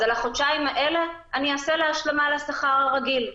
אז על החודשיים האלה אעשה לה השלמה לשכר הרגיל.